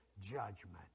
judgment